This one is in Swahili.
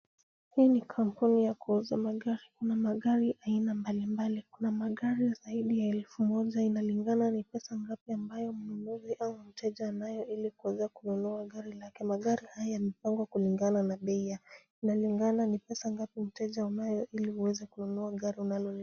Hii ni kampuni ya kuuza magari, kuna magari aina mbalimbali, kuna magari zaidi ya elfu moja, inalingana ni pesa ngapi ambayo mnunuzi au mteja anayo ili kuweza kununua gari lake. Magari haya yamepangwa kulingana na bei, inalingana ni pesa ngapi mteja unayo ili uweze kununua gari unalolitaka.